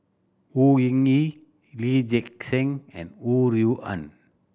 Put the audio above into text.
Au Hing Yee Lee Gek Seng and Ho Rui An